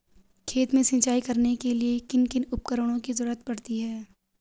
खेत में सिंचाई करने के लिए किन किन उपकरणों की जरूरत पड़ती है?